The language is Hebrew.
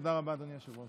תודה רבה, אדוני היושב-ראש.